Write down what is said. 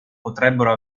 potrebbero